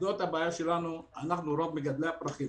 זאת הבעיה של רוב מגדלי הפרחים.